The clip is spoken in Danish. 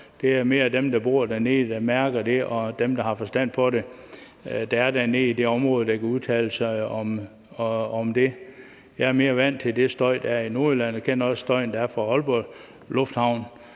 Det er mere dem, der bor dernede, der mærker det, og dem dernede, der har forstand på det, der kan udtale sig om det. Jeg er mere vant til den støj, der er i Nordjylland, og jeg kender også støjen, der er fra Aalborg Lufthavn,